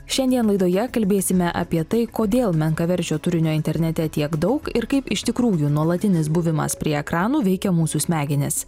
šiandien laidoje kalbėsime apie tai kodėl menkaverčio turinio internete tiek daug ir kaip iš tikrųjų nuolatinis buvimas prie ekranų veikia mūsų smegenis